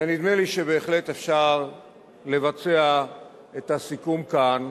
ונדמה לי שבהחלט אפשר לבצע את הסיכום כאן